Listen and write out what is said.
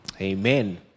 amen